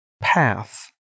path